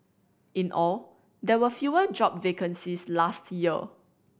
in all there were fewer job vacancies last year